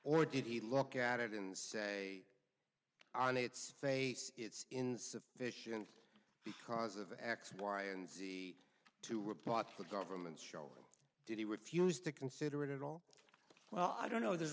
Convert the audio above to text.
or did he look at it and say on its face it's insufficient because of x y and z to replot the government's show did he refused to consider it at all well i don't know there's